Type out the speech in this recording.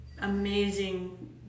Amazing